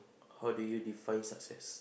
how do you define success